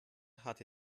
hatte